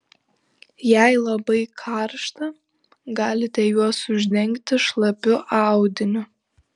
jei labai karšta galite juos uždengti šlapiu audiniu